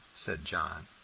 said john,